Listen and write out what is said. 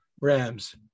Rams